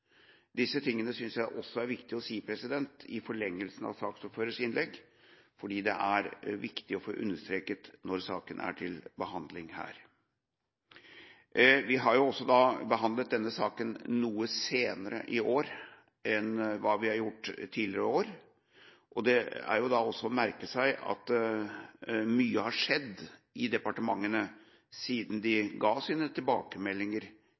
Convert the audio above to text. Disse tingene synes jeg også er viktig å si i forlengelsen av saksordførerens innlegg, for dette er viktig å få understreket når saken er til behandling her. Vi har behandlet denne saken noe senere i år enn vi har gjort tidligere år. Det er verdt å merke seg at mye har skjedd i departementene siden de ga sine tilbakemeldinger